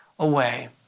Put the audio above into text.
Away